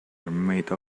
made